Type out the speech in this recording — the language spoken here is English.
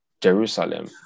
Jerusalem